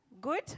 Good